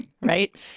Right